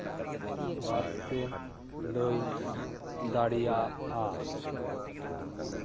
ᱵᱟᱨᱛᱮ ᱞᱟᱹᱭ ᱫᱟᱲᱮᱭᱟᱜᱼᱟᱭ